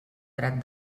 dret